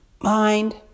mind